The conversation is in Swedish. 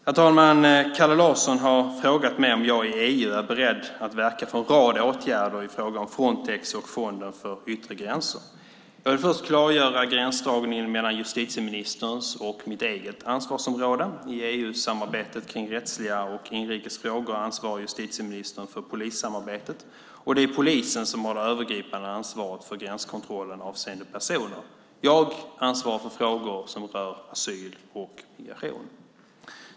Herr talman! Kalle Larsson har frågat mig om jag i EU är beredd att verka för en rad åtgärder i fråga om Frontex och fonden för yttre gränser. Jag vill först klargöra gränsdragningen mellan justitieministerns och mitt eget ansvarsområde. I EU-samarbetet kring rättsliga och inrikes frågor ansvarar justitieministern för polissamarbetet, och det är polisen som har det övergripande ansvaret för gränskontrollen avseende personer. Jag ansvarar för frågor som rör asyl och migration.